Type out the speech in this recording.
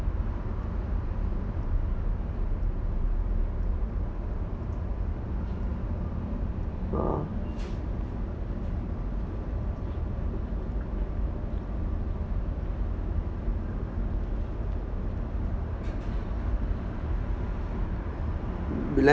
we left